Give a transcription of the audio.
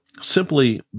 simply